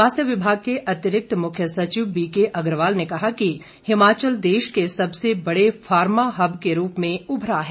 स्वास्थ्य विभाग के अतिरिक्त मुख्य सचिव बीकेअग्रवाल ने कहा कि हिमाचल देश के सबसे बड़े फार्मा हब के रूप में उभरा है